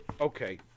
Okay